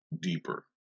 deeper